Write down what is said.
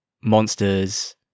monsters